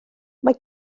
mae